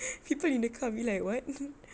people in the car be like what